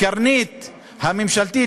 "קרנית" הממשלתית,